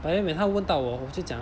but then when 他问到我我就讲